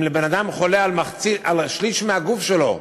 אם בן-אדם חולה במחצית הגוף שלו,